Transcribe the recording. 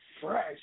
fresh